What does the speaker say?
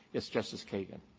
yes, justice kagan.